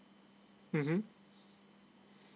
mm